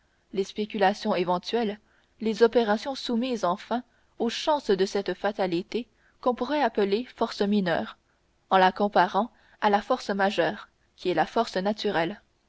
les spéculations éventuelles les opérations soumises enfin aux chances de cette fatalité qu'on pourrait appeler force mineure en la comparant à la force majeure qui est la force naturelle